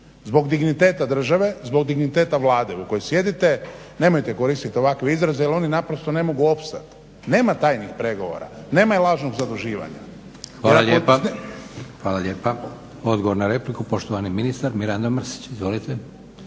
zbog digniteta države, zbog digniteta Vlade u kojoj sjedite nemojte koristiti ovakve izraze jer oni naprosto ne mogu opstati. Nema tajnih pregovora, nema lažnog zaduživanja. **Leko, Josip (SDP)** Hvala lijepa. Odgovor na repliku, poštovani ministar Mirando Mrsić.